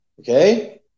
Okay